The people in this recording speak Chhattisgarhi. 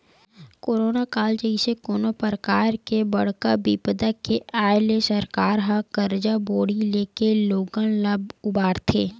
करोना काल जइसे कोनो परकार के बड़का बिपदा के आय ले सरकार ह करजा बोड़ी लेके लोगन ल उबारथे